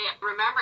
remember